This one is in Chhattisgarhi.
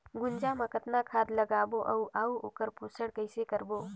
गुनजा मा कतना खाद लगाबो अउ आऊ ओकर पोषण कइसे करबो?